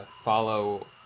Follow